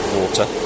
water